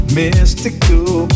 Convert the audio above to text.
mystical